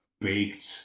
baked